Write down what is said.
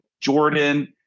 Jordan